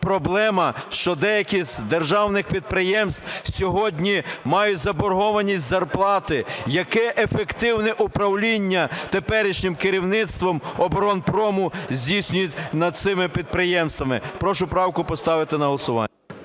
що деякі з державних підприємств сьогодні мають заборгованість з зарплати. Яке ефективне управління теперішнім керівництвом оборонпрому здійснюється над цими підприємства? Прошу правку поставити на голосування.